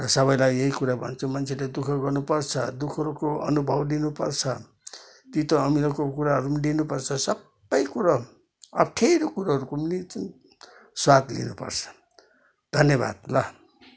र सबैलाई यै कुरा भन्छु मान्छेले दुखः गर्नुपर्छ दुखःहरूको अनुभव लिनुपर्छ तितो अमिलो कुराहरू पनि लिनुपर्छ सबै कुरो अप्ठ्यारो कुरोहरूको पनि जुन स्वाद लिनुपर्छ धन्यवाद ल